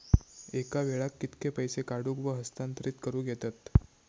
एका वेळाक कित्के पैसे काढूक व हस्तांतरित करूक येतत?